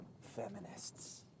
feminists